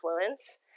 influence